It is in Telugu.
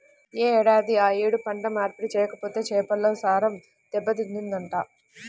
యే ఏడాదికి ఆ యేడు పంట మార్పిడి చెయ్యకపోతే చేలల్లో సారం దెబ్బతింటదంట